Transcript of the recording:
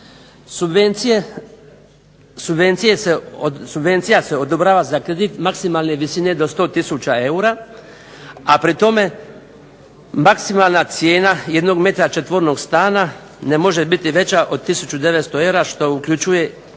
Subvencija se odobrava za kredit maksimalne visine do 100000 eura, a pri tome maksimalna cijena jednog m2 stana ne može biti veća od 1900 eura po m2 što uključuje i